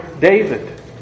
David